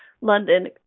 London